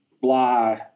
blah